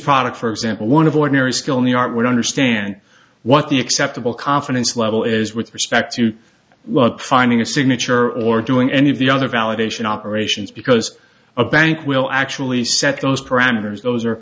product for example one of ordinary skill in the art would understand what the acceptable confidence level is with respect to finding a signature or doing any of the other validation operations because a bank will actually set those parameters those